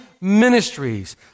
ministries